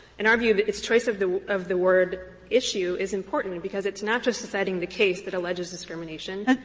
in our view, its choice of the of the word issue is important, because it's not just deciding the case that alleges discrimination.